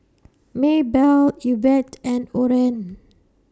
Maebelle Yvette and Oren